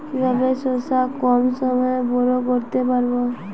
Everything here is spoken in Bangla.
কিভাবে শশা কম সময়ে বড় করতে পারব?